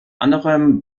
anderem